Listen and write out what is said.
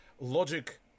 logic